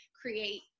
create